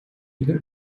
legal